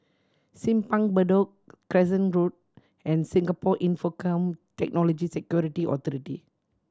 Simpang Bedok Crescent Road and Singapore Infocomm Technology Security Authority